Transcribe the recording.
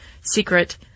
secret